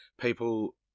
people